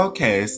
Okay